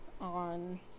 on